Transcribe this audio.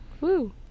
Woo